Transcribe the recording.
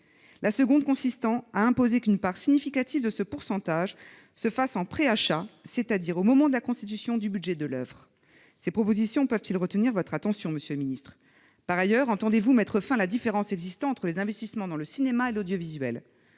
la seconde consisterait à imposer qu'une part significative de cet investissement se fasse en préachat, c'est-à-dire au moment de la constitution du budget de l'oeuvre. Ces propositions peuvent-elles retenir votre attention, monsieur le ministre ? Par ailleurs, entendez-vous mettre fin à la différence existant entre les investissements réalisés dans le cinéma et ceux qui